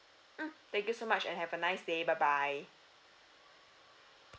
mm thank you so much and have a nice day bye bye